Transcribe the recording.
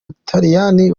butaliyani